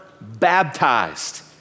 baptized